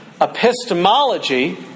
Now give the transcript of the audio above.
Epistemology